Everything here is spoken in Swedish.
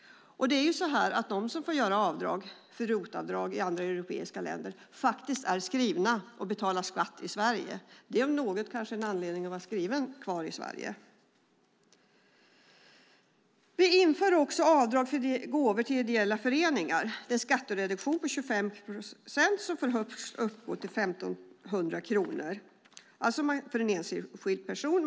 De som får göra ROT-avdrag i andra europeiska länder är faktiskt skrivna och betalar skatt i Sverige. Detta om något kanske är en anledning att fortsätta vara skriven i Sverige. Vi inför också avdrag för gåvor till ideella föreningar. Det är en skattereduktion på 25 procent som får uppgå till högst 1 500 kronor för en enskild person.